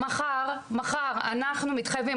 מחר אנחנו מתחייבים,